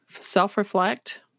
self-reflect